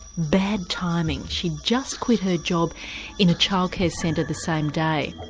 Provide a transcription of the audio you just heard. bad timing she'd just quit her job in a childcare centre the same day.